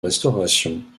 restauration